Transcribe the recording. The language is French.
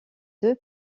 deux